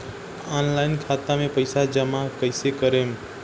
Online खाता मे पईसा जमा कइसे करेम?